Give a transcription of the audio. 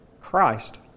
Christ